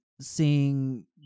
seeing